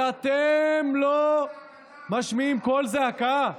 ואתם לא משמיעים קול זעקה?